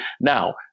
Now